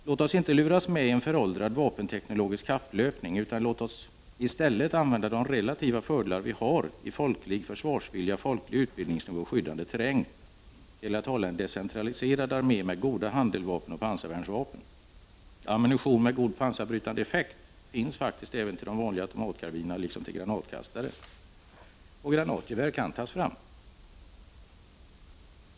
Låt oss inte luras med i en föråldrad vapenteknisk kapplöpning, utan låt oss i stället använda de relativa fördelar som vi har i folklig försvarsvilja, folklig utbildningsnivå och skyddande terräng till att hålla en decentraliserad armé med goda handeldvapen och pansarvärnsvapen. Ammunition med god pansarbrytande effekt finns faktiskt även till de vanliga automatkarbinerna liksom till granatkastare, och nya granatgevär kan tas fram.